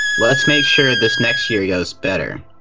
let's make sure this next year it goes better.